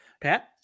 Pat